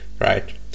right